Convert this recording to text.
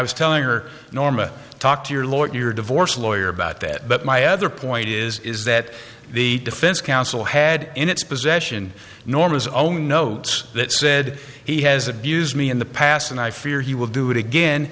was telling her norma talk to your lawyer your divorce lawyer about that but my other point is is that the defense counsel had in its possession norma's own notes that said he has abused me in the past and i fear he will do it again